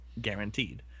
guaranteed